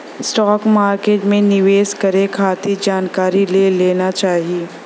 stock market में निवेश करे खातिर जानकारी ले लेना चाही